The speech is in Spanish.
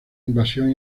invasión